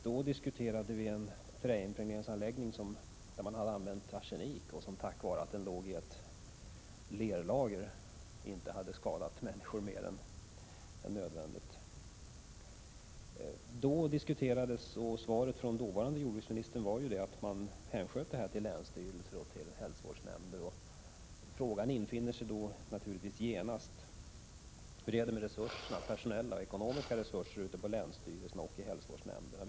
Då diskuterade vi en träimpregneringsanläggning, där man hade använt arsenik, som tack vare att anläggningen låg på lermark inte hade medfört större skador än nödvändigt. I svaret från dåvarande jordbruksministern meddelades att man hänsköt sådana ärenden till länsstyrelser och hälsovårdsnämnder. Den fråga som genast inställer sig är naturligtvis: Hur är de ekonomiska och personella resurserna ute på länsstyrelserna och i hälsovårdsnämnderna?